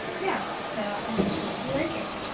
yeah, so, i hope you like it.